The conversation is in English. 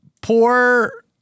poor